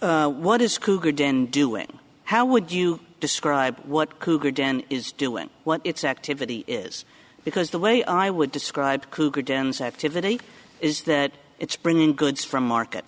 den doing how would you describe what cougar den is doing what its activity is because the way i would describe cougar dens activity is that it's bringing goods from market